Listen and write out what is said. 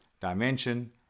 dimension